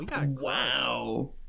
Wow